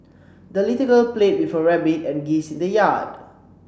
the little girl played with her rabbit and geese in the yard